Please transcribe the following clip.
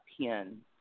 pin